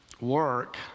work